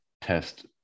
test